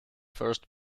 first